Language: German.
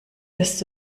wirst